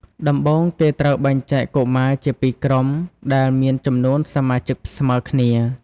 ដំបូង គេត្រូវបែងចែកកុមារជាពីរក្រុម ដែលមានចំនួនសមាជិកស្មើគ្នា។